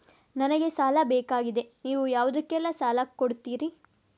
ನನಗೆ ಸಾಲ ಬೇಕಾಗಿದೆ, ನೀವು ಯಾವುದಕ್ಕೆ ಸಾಲ ಕೊಡ್ತೀರಿ?